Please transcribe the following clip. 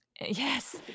Yes